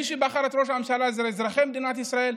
מי שבחר את ראש הממשלה אלה אזרחי מדינת ישראל.